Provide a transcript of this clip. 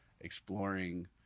exploring